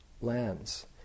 lands